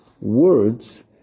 words